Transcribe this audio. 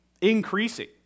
increasing